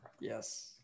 Yes